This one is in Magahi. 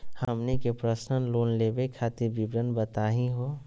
हमनी के पर्सनल लोन लेवे खातीर विवरण बताही हो?